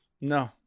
No